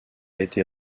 été